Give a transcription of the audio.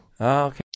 okay